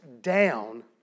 down